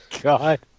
god